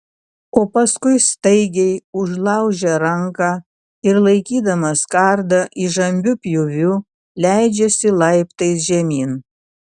o paskui staigiai užlaužia ranką ir laikydamas kardą įžambiu pjūviu leidžiasi laiptais žemyn